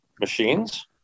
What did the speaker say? machines